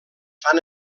fan